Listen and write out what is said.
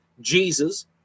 jesus